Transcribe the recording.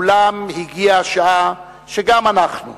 אולם הגיעה השעה שגם אנחנו,